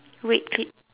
red clip